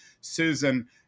susan